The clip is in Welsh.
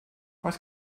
oes